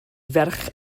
ferch